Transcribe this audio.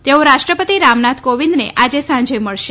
તેઓ રાષ્ટ્રપતી રામનાથ કોવિંદને આજે સાંજે મળશે